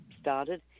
started